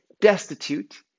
destitute